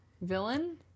villain